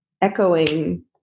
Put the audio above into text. echoing